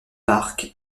barque